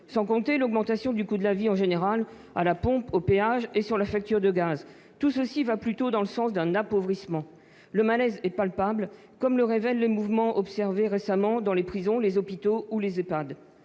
sans compter l'augmentation du coût de la vie en général, à la pompe, aux péages et sur la facture de gaz ... Tout cela va plutôt dans le sens d'un appauvrissement. Le malaise est palpable, comme le révèlent les mouvements observés récemment dans les prisons, les hôpitaux ou les EHPAD.